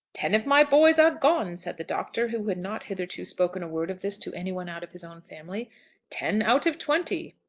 ten of my boys are gone! said the doctor, who had not hitherto spoken a word of this to any one out of his own family ten out of twenty.